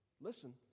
Listen